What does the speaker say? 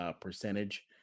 percentage